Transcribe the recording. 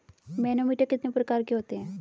Manometer कितने प्रकार के होते हैं?